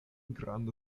granda